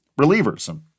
relievers